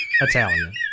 italian